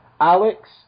Alex